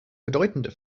bedeutende